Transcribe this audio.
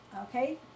Okay